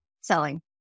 selling